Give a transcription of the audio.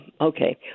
Okay